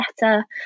better